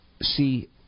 see